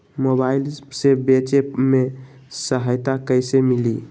Mobile से बेचे में सहायता कईसे मिली?